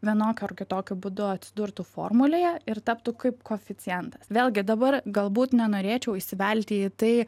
vienokiu ar kitokiu būdu atsidurtų formulėje ir taptų kaip koeficientas vėlgi dabar galbūt nenorėčiau įsivelti į tai